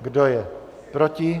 Kdo je proti?